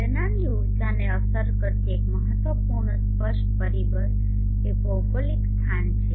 ઘટનાની ઊર્જાને અસર કરતી એક મહત્વપૂર્ણ સ્પષ્ટ પરિબળ એ ભૌગોલિક સ્થાન છે